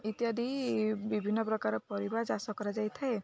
ଇତ୍ୟାଦି ବିଭିନ୍ନ ପ୍ରକାର ପରିବା ଚାଷ କରାଯାଇଥାଏ